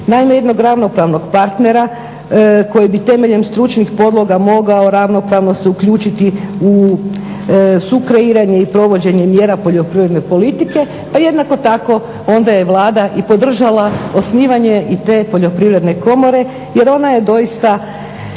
naime jednog ravnopravnog partnera koji bi temeljem stručnih podloga mogao ravnopravno se uključiti u su kreiranje i provođenje mjera poljoprivredne politike, pa jednako tako onda je i Vlada podržala osnivanje i te Poljoprivredne komore jer ona je doista